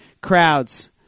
crowds